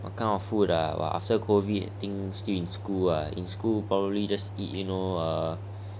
what kind of food ah !wah! after COVID think still in school ah in school ah probably just eat you know err